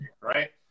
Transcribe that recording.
right